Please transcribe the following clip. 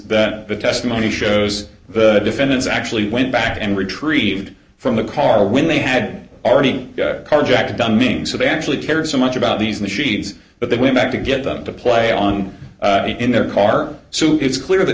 that the testimony shows the defendants actually went back and retrieved from the car when they had already carjacked dunning's so they actually cared so much about these machines but the women had to get them to play on in their car so it's clear that